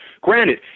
granted